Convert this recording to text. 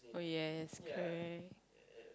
oh yes correct